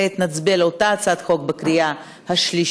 כעת נצביע על אותה הצעת חוק בקריאה השלישית.